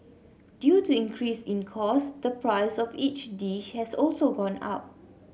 due to increase in cost the price of each dish has also gone up